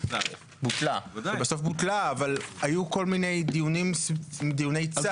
אבל היו כל מיני דיוני צד.